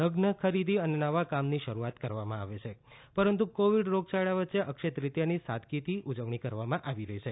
લઝન ખરીદી અને નવા કામની શરૂઆત કરવામાં આવે છે પરંતુ કોવિડ રોગયાળા વચ્ચે અક્ષય તૃતીયાની સાદગીથી ઉજવણી કરવામાં આવી રહી છે